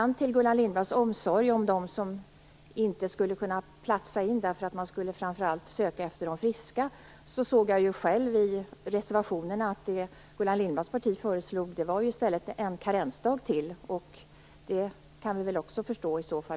Apropå Gullan Lindblads omsorg om dem som inte skulle kunna platsa därför att man framför allt skulle söka efter de friska vill jag säga att jag själv såg i reservationerna att det Gullan Lindblads parti föreslog i stället var en karensdag till.